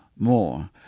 more